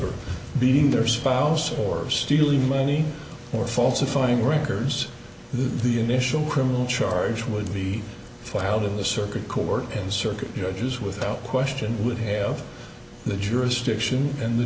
or beating their spouse or stealing money or falsifying records the initial criminal charge would be filed in the circuit court circuit judges without question would have the jurisdiction and the